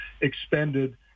expended